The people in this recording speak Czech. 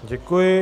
Děkuji.